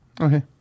Okay